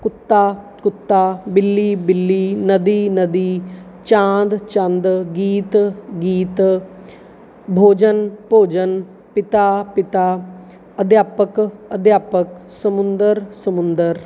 ਕੁੱਤਾ ਕੁੱਤਾ ਬਿੱਲੀ ਬਿੱਲੀ ਨਦੀ ਨਦੀ ਚਾਂਦ ਚੰਦ ਗੀਤ ਗੀਤ ਬੋਜਨ ਭੋਜਨ ਪਿਤਾ ਪਿਤਾ ਅਧਿਆਪਕ ਅਧਿਆਪਕ ਸਮੁੰਦਰ ਸਮੁੰਦਰ